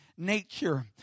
nature